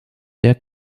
der